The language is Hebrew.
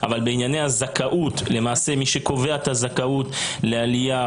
אבל בענייני הזכאות למעשה מי שקובע את הזכאות לעלייה